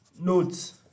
notes